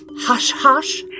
hush-hush